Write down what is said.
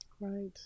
Right